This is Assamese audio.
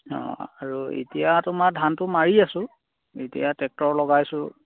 অঁ আৰু এতিয়া তোমাৰ ধানটো মাৰি আছোঁ এতিয়া ট্ৰেক্টৰ লগাইছোঁ